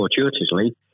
fortuitously